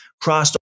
crossed